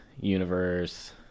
universe